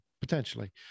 potentially